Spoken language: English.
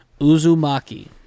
Uzumaki